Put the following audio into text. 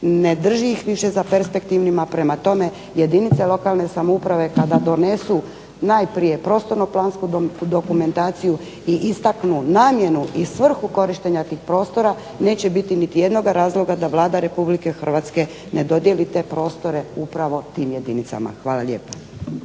ne drži ih više za perspektivnima. Prema tome jedinice lokalne samouprave kada donesu najprije prostorno-plansku dokumentaciju i istaknu namjenu i svrhu korištenja tih prostora neće biti niti jednoga razloga da Vlada Republike Hrvatske ne dodijeli te prostore upravo tim jedinicama. Hvala lijepo.